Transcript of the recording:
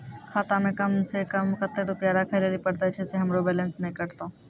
खाता मे कम सें कम कत्ते रुपैया राखै लेली परतै, छै सें हमरो बैलेंस नैन कतो?